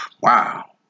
Wow